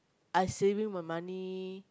I saving my money